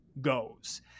goes